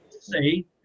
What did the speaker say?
see